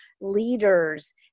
leaders